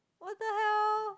what the hell